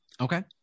Okay